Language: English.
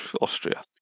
Austria